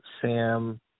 Sam